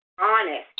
honest